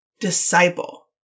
Disciple